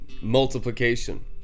multiplication